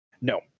No